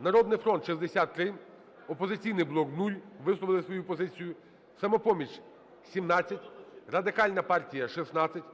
"Народний фронт" – 63, "Опозиційний блок" – 0 висловили свою позицію, "Самопоміч" – 17, Радикальна партія – 16,